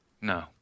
No